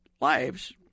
lives